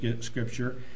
Scripture